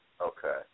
Okay